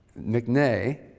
McNay